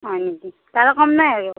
হয় নেকি তাৰো কম নাই আৰু